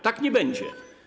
Tak nie będzie.